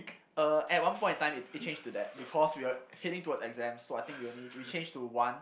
uh at one point of time it it changed to that because we are heading towards exams so I think we only we change to one